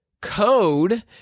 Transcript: code